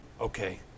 okay